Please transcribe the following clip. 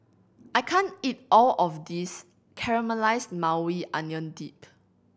I can't eat all of this Caramelized Maui Onion Dip